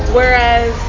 Whereas